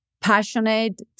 passionate